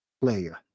player